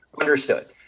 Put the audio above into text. Understood